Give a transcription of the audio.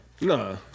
No